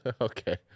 Okay